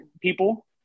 people